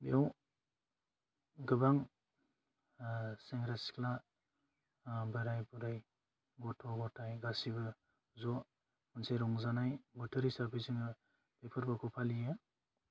बेयाव गोबां सेंग्रा सिख्ला बोराइ बुरै गथ' गथाय गासिबो ज' जे रंजानाय बोथोर हिसाबै जोङो बे फोरबोखौ फालियो